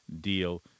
deal